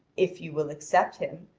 if you will accept him,